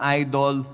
idol